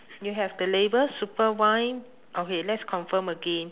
you have the label super wine okay let's confirm again